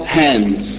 hands